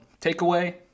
takeaway